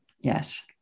yes